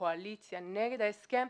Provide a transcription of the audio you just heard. בקואליציה נגד ההסכם.